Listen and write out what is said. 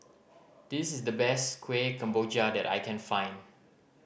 this is the best Kueh Kemboja that I can find